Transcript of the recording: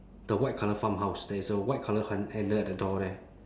the white colour farmhouse there is a white colour han~ handle at the door there